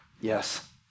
Yes